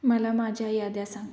मला माझ्या याद्या सांग